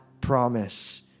promise